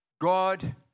God